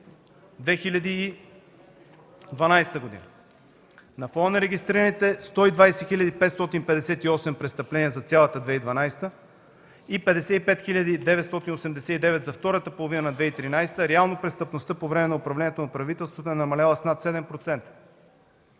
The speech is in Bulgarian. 2012 г. На фона на регистрираните 120 558 престъпления за цялата 2012 г. и 55 989 за втората половина на 2013 г., реално престъпността по време на управлението на правителството е намаляла с над 7%.